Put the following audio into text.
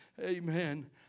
Amen